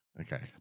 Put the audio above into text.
Okay